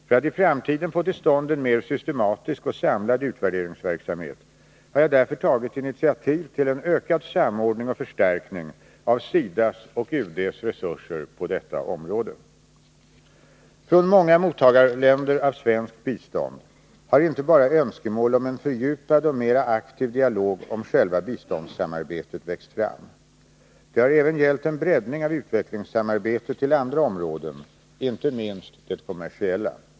För att i framtiden få till stånd en mer systematisk och samlad utvärderingsverksamhet har jag därför tagit initiativ till en ökad samordning och förstärkning av SIDA:s och UD:s resurser på detta område. Från många länder som är mottagare av svenskt bistånd har inte bara önskemål om en fördjupad och mera aktiv dialog om själva biståndssamarbetet växt fram. Det har även gällt en breddning av utvecklingssamarbetet till andra områden, inte minst det kommersiella.